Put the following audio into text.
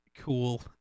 Cool